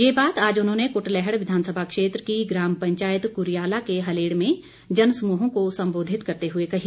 ये बात आज उन्होंने कुटलैहड़ विधानसभा क्षेत्र की ग्राम पंचायत कुरियाला के हलेड़ में जन समूहों को सम्बोधित करते हुए कही